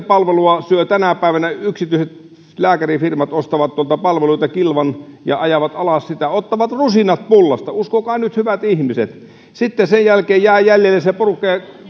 palvelua syövät tänä päivänä yksityiset lääkärifirmat ostavat tuolta palveluita kilvan ja ajavat alas sitä ottavat rusinat pullasta uskokaa nyt hyvät ihmiset sitten sen jälkeen jää jäljelle se porukka ja